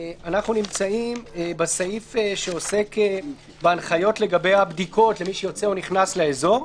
אנחנו בסעיף שעוסק בהנחיות לגבי הבדיקות למי שיוצא או נכנס לאזור.